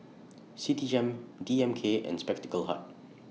Citigem D M K and Spectacle Hut